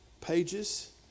pages